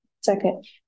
Second